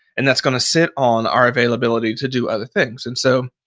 and that's going to sit on our availability to do other things. and so,